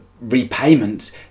repayments